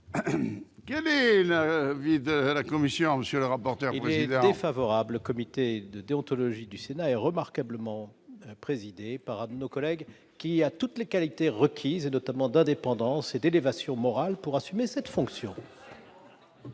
Quel est l'avis de la commission ? L'avis est défavorable. Le comité de déontologie du Sénat est remarquablement présidé par un de nos collègues qui a toutes les qualités requises, notamment en termes d'indépendance et d'élévation morale, pour assumer cette fonction.